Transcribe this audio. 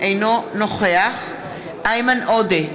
אינו נוכח איימן עודה,